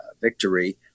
victory